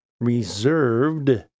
reserved